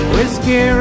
Whiskey